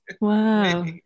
Wow